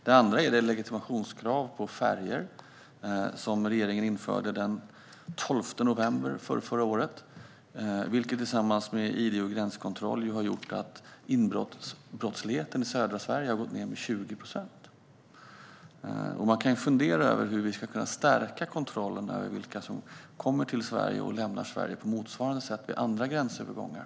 Den andra är det legitimationskrav på färjor som regeringen införde den 12 november förrförra året, vilket tillsammans med id och gränskontroll har gjort att inbrottsbrottsligheten i södra Sverige har gått ned med 20 procent. Man kan fundera över hur vi ska kunna stärka kontrollen över vilka som kommer till Sverige och lämnar Sverige på motsvarande sätt vid andra gränsövergångar.